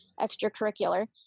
extracurricular